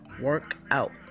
Workout